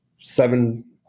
seven